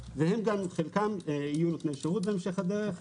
וחלקם יהיו נותני שירות בהמשך הדרך.